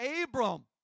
Abram